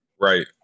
Right